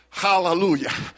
Hallelujah